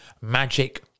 magic